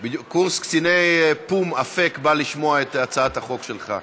קורס קציני פו"ם בא לשמוע את הצעת החוק שלך.